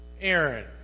Aaron